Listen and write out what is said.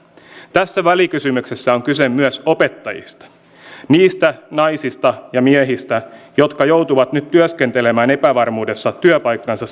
tässä välikysymyksessä on kyse myös opettajista niistä naisista ja miehistä jotka joutuvat nyt työskentelemään epävarmuudessa työpaikkansa